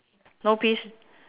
no peas